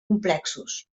complexos